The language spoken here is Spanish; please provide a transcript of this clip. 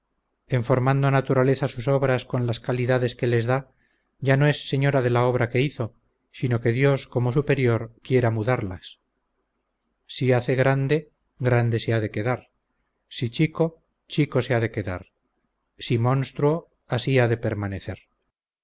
en formando naturaleza sus obras con las calidades que les da ya no es señora de la obra que hizo sino que dios como superior quiera mudarlas si hace grande grande se ha de quedar si chico chico se ha de quedar si monstruo así ha de permanecer